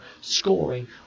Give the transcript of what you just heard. scoring